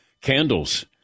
candles